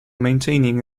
maintaining